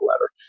letter